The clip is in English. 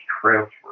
transfer